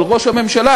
של ראש הממשלה,